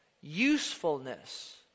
usefulness